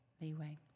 leeway